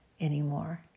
anymore